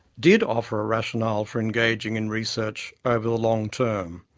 did offer a rationale for engaging in research over the long-term,